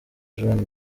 juan